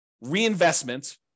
reinvestment